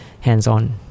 hands-on